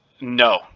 no